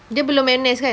dia belum N_S kan